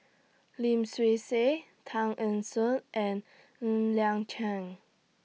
Lim Swee Say Tan Eng Soon and Ng Liang Chian